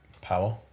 Power